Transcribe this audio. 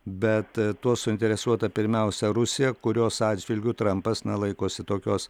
bet tuo suinteresuota pirmiausia rusija kurios atžvilgiu trampas na laikosi tokios